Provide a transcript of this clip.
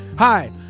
Hi